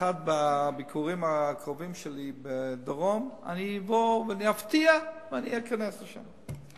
באחד הביקורים הקרובים שלי בדרום אני אבוא ואפתיע ואני אכנס לשם.